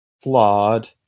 flawed